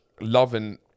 loving